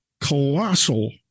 colossal